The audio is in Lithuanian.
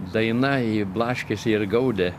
daina ji blaškėsi ir gaudė